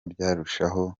byarushaho